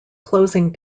closing